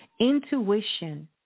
Intuition